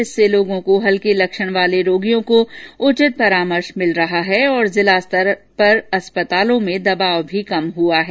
इस से लोगों को हल्क लक्षण वाले रोगियों को उचित परामर्श मिल रहा है और जिला स्तर पर अस्पतालों में दबाव भी कम हुआ है